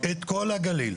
את כל הגליל,